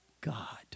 God